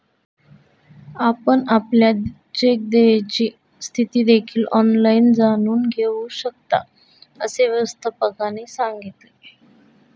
आपण आपल्या चेक देयची स्थिती देखील ऑनलाइन जाणून घेऊ शकता, असे व्यवस्थापकाने सांगितले